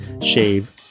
shave